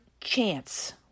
chance